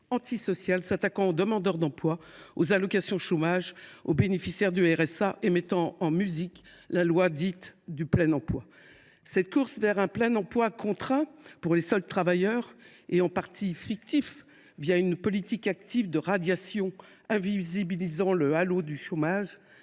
qui s’attaque aux demandeurs d’emploi, aux allocations chômage et aux bénéficiaires du RSA, mettant en musique la loi dite du plein emploi. Cette course vers le plein emploi – un plein emploi contraint, pour les seuls travailleurs, et en partie fictif, en raison d’une politique active de radiation qui invisibilise le halo du chômage